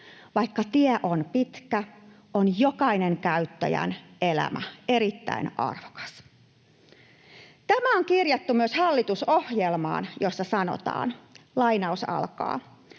Vaikka tie on pitkä, on jokainen käyttäjän elämä erittäin arvokas. Tämä on kirjattu myös hallitusohjelmaan, jossa sanotaan: ”Huomioidaan ja